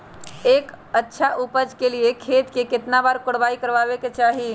एक अच्छा उपज के लिए खेत के केतना बार कओराई करबआबे के चाहि?